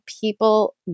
people